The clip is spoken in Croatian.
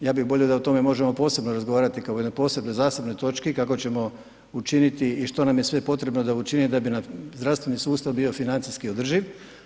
Ja bih bolje da o tome možemo posebno razgovarati kao o jednoj posebnoj zasebnoj točki kako ćemo učiniti i što nam je sve potrebno da učinimo da bi nam zdravstveni sustav bio financijski održiv.